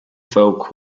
folk